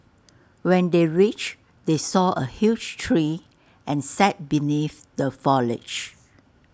when they reached they saw A huge tree and sat beneath the foliage